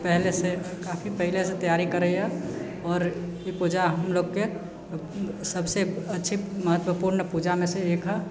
पहिलेसँ काफी पहिलेसँ तैयारी करैए आओर ई पूजा हमलोकके सबसँ अच्छी महत्वपूर्ण पूजामेसँ एक हइ